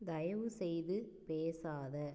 தயவுசெய்து பேசாதே